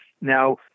Now